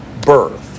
birth